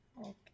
Okay